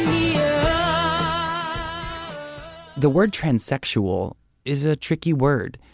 um the word transsexual is a tricky word.